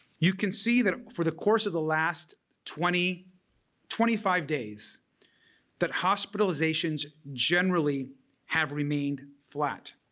you can see that for the course of the last twenty twenty five days that hospitalizations generally have remained flat.